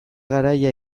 garaia